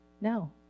No